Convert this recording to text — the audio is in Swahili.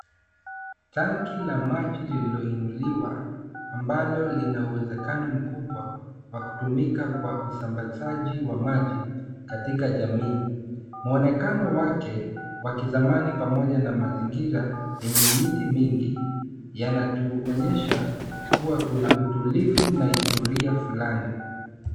Tanki la maji lililoinuliwa, ambalo lina uwezekano mkubwa wa kutumika kwa usambazaji wa maji katika jamii. Mwonekano wake wa kizamani pamoja na mazingira yenye miti mingi yanatuonyesha kuwa kuna utulivu na historia fulani.